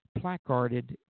placarded